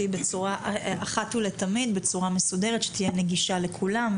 אחת ולתמיד בצורה מסודרת שתהיה נגישה לכולם,